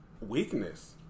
weakness